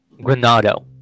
Granado